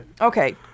Okay